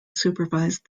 supervised